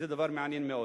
זה דבר מעניין מאוד.